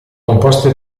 composte